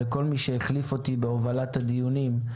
לכל מי שהחליף אותי בהובלת הדיונים.